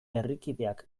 herrikideak